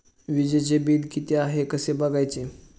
वीजचे बिल किती आहे कसे बघायचे?